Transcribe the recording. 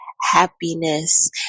happiness